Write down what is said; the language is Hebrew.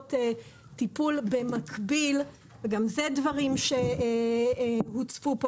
שמחייבות טיפול במקביל להצעה הזאת וגם אלה דברים שהוצפו פה